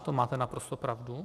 To máte naprosto pravdu.